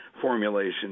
formulation